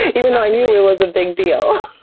even though i knew it was a big deal.